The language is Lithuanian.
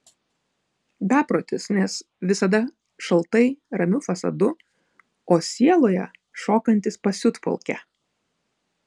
beprotis nes visada šaltai ramiu fasadu o sieloje šokantis pasiutpolkę